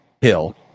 hill